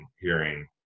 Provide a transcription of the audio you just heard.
hearing